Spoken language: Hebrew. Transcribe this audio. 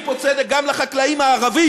אז עושים פה צדק גם לחקלאים הערבים,